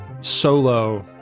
solo